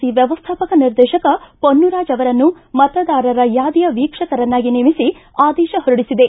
C ವ್ವವಸ್ಥಾಪಕ ನಿರ್ದೇಶಕ ಪೊನ್ನುರಾಜ ಅವರನ್ನು ಮತದಾರರ ಯಾದಿಯ ವೀಕ್ಷಕರನ್ನಾಗಿ ನೇಮಿಸಿ ಆದೇಶ ಹೊರಡಿಸಿದೆ